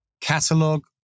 catalog